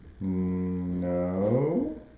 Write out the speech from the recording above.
No